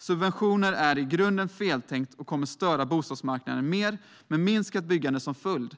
Subventioner är i grunden feltänkt och kommer att störa bostadsmarknaden mer, med minskat byggande som följd.